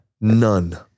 None